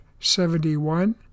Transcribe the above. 71